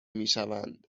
میشوند